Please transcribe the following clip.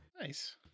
Nice